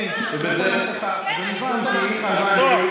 יוראי להב הרצנו (יש עתיד-תל"ם): זאת המסכה,